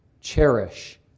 cherish